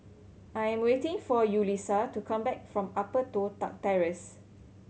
I am waiting for Yulissa to come back from Upper Toh Tuck Terrace